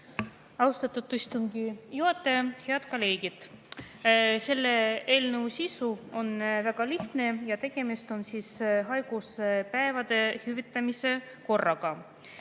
Austatud istungi juhataja! Head kolleegid! Selle eelnõu sisu on väga lihtne. Tegemist on haiguspäevade hüvitamise korraga.